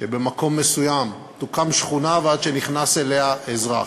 שבמקום מסוים תוקם שכונה ועד שנכנס אליה אזרח,